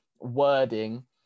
wording